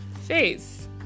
face